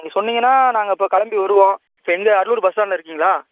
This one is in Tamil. நீங்கள் சொன்னீங்கன்னா நாங்கள் இப்போ கிளம்பி வருவோம் இப்போ எங்கள் அரியலூர் பஸ் ஸ்டாண்டுடில் இருக்கீங்களா